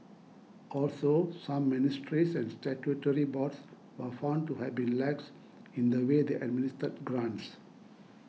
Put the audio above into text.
also some ministries and statutory boards were found to have been lax in the way they administered grants